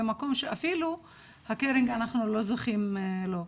במקום שאפילו לא זוכים ל-קרינג.